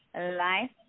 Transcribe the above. Life